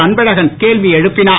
அன்பழகன் கேள்வி எழுப்பினார்